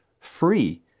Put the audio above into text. free